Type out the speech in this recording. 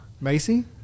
Macy